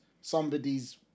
somebody's